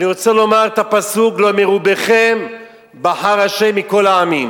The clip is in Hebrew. אני רוצה לומר את הפסוק: לא מרובכם בחר ה' מכל העמים,